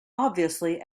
obviously